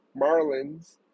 Marlins